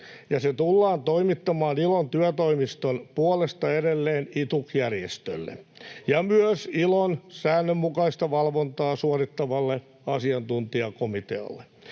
ja se tullaan toimittamaan ILOn työtoimiston puolesta edelleen ITUC-järjestölle ja myös ILOn säännönmukaista valvontaa suorittavalle asiantuntijakomitealle.